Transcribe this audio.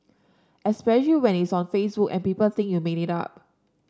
especially when it's on Facebook and people think you made it up